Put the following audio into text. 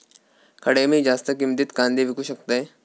खडे मी जास्त किमतीत कांदे विकू शकतय?